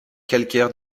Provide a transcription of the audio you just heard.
calcaires